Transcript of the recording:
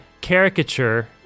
caricature